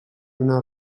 una